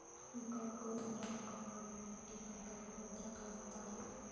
మొక్కలకు ఎండ రాకుండా ఉండేకి పైకప్పు భద్రంగా ఎత్తారు